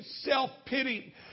self-pity